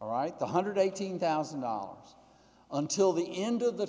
right the one hundred and eighteen thousand dollars until the end of the